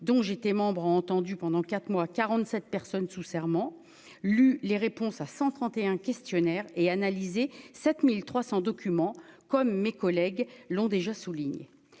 dont j'étais membre entendu pendant quatre mois 47 personnes sous serment lu les réponses à 131 questionnaire et analysé 7300 document comme mes collègues l'ont déjà, souligne